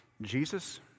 Jesus